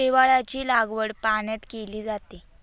शेवाळाची लागवड पाण्यात केली जाते